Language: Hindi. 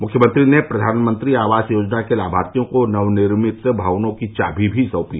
मुख्यमंत्री ने प्रधानमंत्री आवास योजना के लाभार्थियों को नव निर्मित भवनों की चामी भी सौंपी